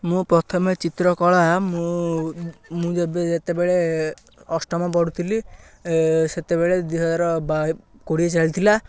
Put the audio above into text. ମୁଁ ପ୍ରଥମେ ଚିତ୍ରକଳା ମୁଁ ମୁଁ ଯେବେ ଯେତେବେଳେ ଅଷ୍ଟମ ପଢ଼ୁଥିଲି ସେତେବେଳେ ଦୁଇହଜାର କୋଡ଼ିଏ ଚାଲିଥିଲା